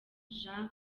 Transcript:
jean